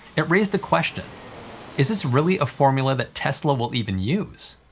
it raised the question is this really a formula that tesla will even use?